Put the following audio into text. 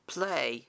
Play